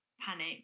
panic